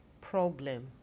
problem